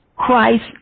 Christ